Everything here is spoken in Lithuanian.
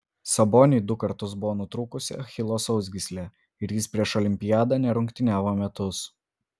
saboniui du kartus buvo nutrūkusi achilo sausgyslė ir jis prieš olimpiadą nerungtyniavo metus